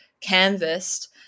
canvassed